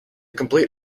complete